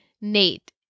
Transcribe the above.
Nate